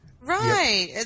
Right